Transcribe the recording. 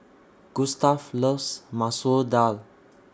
Gustaf loves Masoor Dal